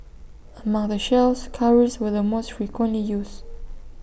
among the shells cowries were the most frequently used